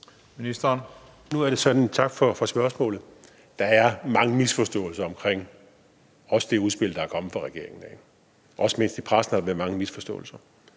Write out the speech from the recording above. spørgsmålet. Nu er det sådan, at der er mange misforståelser om det udspil, der er kommet fra regeringen. Ikke mindst i pressen har der været mange misforståelser.